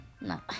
No